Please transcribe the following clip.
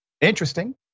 interesting